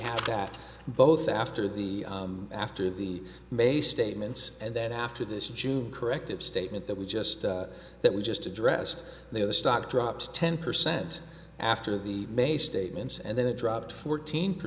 have that both after the after the may statements and then after this june corrective statement that we just that was just addressed there the stock drops ten percent after the may statements and then it dropped fourteen per